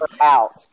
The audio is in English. out